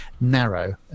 narrow